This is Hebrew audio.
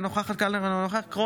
אינה נוכחת אריאל